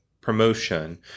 promotion